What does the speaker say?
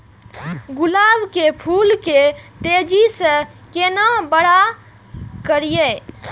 गुलाब के फूल के तेजी से केना बड़ा करिए?